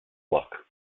luck